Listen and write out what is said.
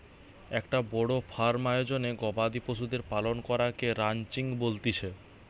একটো বড় ফার্ম আয়োজনে গবাদি পশুদের পালন করাকে রানচিং বলতিছে